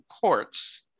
courts